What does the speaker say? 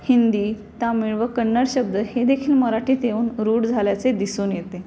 हिंदी तामिळ व कन्नड शब्द हेदेखील मराठीत येऊन रूढ झाल्याचे दिसून येते